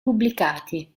pubblicati